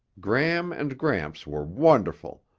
gram and gramps were wonderful,